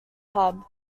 hub